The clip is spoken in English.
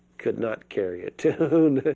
could not carry a tune